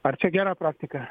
ar čia gera praktika